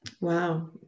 Wow